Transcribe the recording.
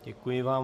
Děkuji vám.